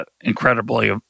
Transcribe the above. incredibly